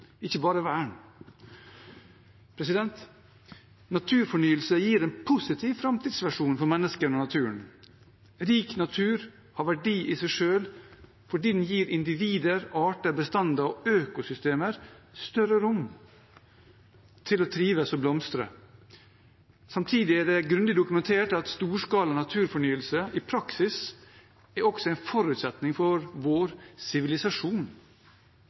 ikke bare vern. Naturfornyelse gir en positiv framtidsvisjon for mennesket og naturen. Rik natur har verdi i seg selv fordi den gir individer, arter, bestander og økosystemer større rom til å trives og blomstre. Samtidig er det grundig dokumentert at også storskala naturfornyelse i praksis er en forutsetning for vår sivilisasjon.